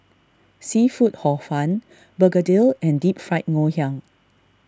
Seafood Hor Fun Begedil and Deep Fried Ngoh Hiang